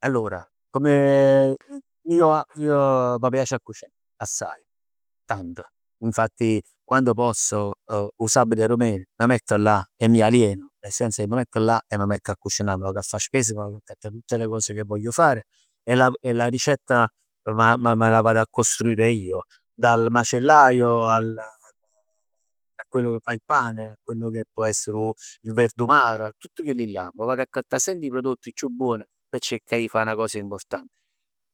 Allora come io ij m' piac 'a cucinà assaje, tanto, infatti quando posso 'o sabato e 'a dummeneca m' mett là e mi alieno, nel senso che m' metto là e m' metto 'a cucinà e m' vag 'a fa 'a spesa, m' vag accattà tutte le cose che voglio fare e la ricetta m- m- me la vado a costruire io. Dal macellaio, al a quello che fa il pane, a quello che può essere 'o il verdumaro, tutt chell'là. M' vag accattà semp 'e prodotti chiù buon p' cercà 'e fa 'na cosa importante.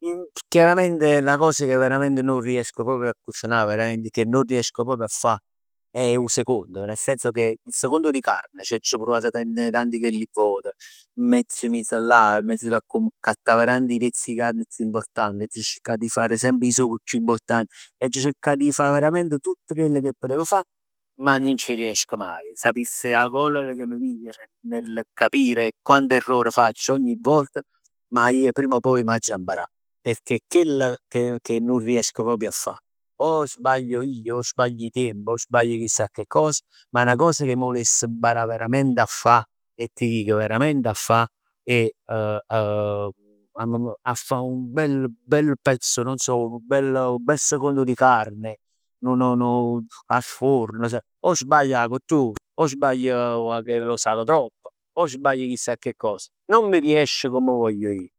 Chiaramente è 'na cosa che veramente nun riesco proprio a cucinà, veramente che non riesco proprio a fà è 'o secondo. Nel senso che il secondo di carne, c'aggio pruvat tant 'e chelli vot, miettet là, m'aggio jut 'a accattà veramente 'e piezz 'e carne chiù important, aggio cercato e fare semp 'e sughi chiù importanti, aggio cercat 'e fa veramente tutt chell che putev fa ma nun ci riesco maje. Sapiss 'a collera cà m' piglia nel capire quanti errori faccio ogni volta, ma ij prima o poi m'aggia imparà perchè è chell cà nun riesc proprj 'a fa. O sbaglio io, o sbaglio tiemp, o sbaglio chissà che cos, ma 'na cosa che m' vuless mparà verament 'a fà e ti dico verament 'a fà è 'a fa un bel bel pezzo non so un bel bel secondo di carne, nu nu nu a forno, o sbagli 'a cottur, o sbaglio che lo salo troppo, o sbaglio chissà che cosa, nun m' riesce comm voglio ij.